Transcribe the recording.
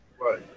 Right